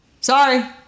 Sorry